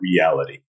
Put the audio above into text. Reality